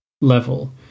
level